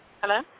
Hello